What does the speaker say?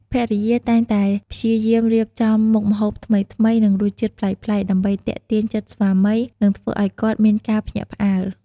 ភរិយាតែងតែព្យាយាមរៀបចំមុខម្ហូបថ្មីៗ និងរសជាតិប្លែកៗ ដើម្បីទាក់ទាញចិត្តស្វាមី និងធ្វើឲ្យគាត់មានការភ្ញាក់ផ្អើល។